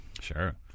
Sure